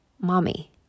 Mommy